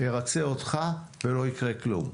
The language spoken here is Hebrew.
ארצה אותך ולא יקרה כלום.